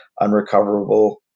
unrecoverable